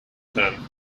term